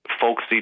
folksy